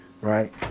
right